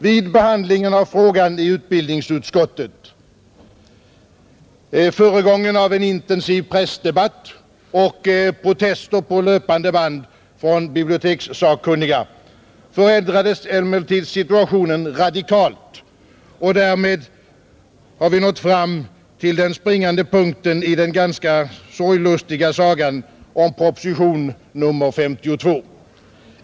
Vid behandlingen av frågan i utbildningsutskottet, föregången av en intensiv pressdebatt och protester på löpande band från bibliotekssakkunniga, ändrades emellertid situationen radikalt. Därmed nådde vi fram till den springande punkten i den ganska sorglustiga sagan om proposition nr 52.